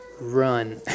run